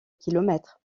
kilomètres